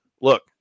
look